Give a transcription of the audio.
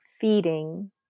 feeding